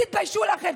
תתביישו לכם.